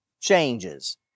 changes